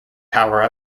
power